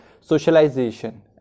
socialization